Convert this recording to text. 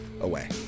away